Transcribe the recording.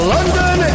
London